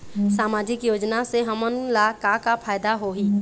सामाजिक योजना से हमन ला का का फायदा होही?